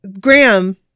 graham